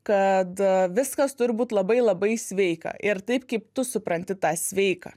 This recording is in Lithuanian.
kad viskas turi būt labai labai sveika ir taip kaip tu supranti tą sveiką